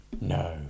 No